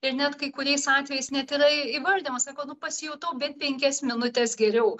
ir net kai kuriais atvejais net yra įvardijama sako nu pasijutau bent penkias minutes geriau